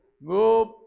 Move